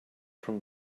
from